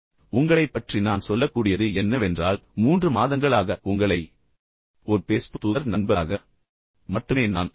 எனவே உங்களைப் பற்றி நான் சொல்லக்கூடியது என்னவென்றால் மூன்று மாதங்களாக உங்களை ஒரு பேஸ்புக் தூதர் நண்பராக மட்டுமே மட்டுமே நான் அறிவேன்